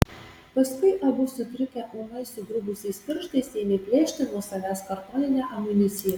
paskui abu sutrikę ūmai sugrubusiais pirštais ėmė plėšti nuo savęs kartoninę amuniciją